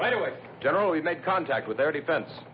right away generally made contact with their defense